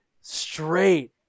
straight